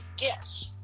Yes